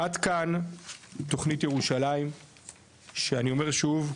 עד כאן תוכנית ירושלים שאני אומר שוב,